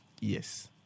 Yes